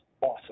awesome